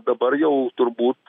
dabar jau turbūt